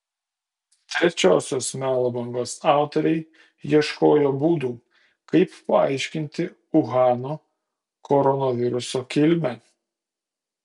trečiosios melo bangos autoriai ieškojo būdų kaip paaiškinti uhano koronaviruso kilmę